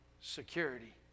security